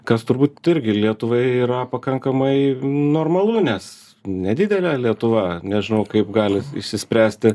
kas turbūt irgi lietuvai yra pakankamai normalu nes nedidelė lietuva nežinau kaip gali išsispręsti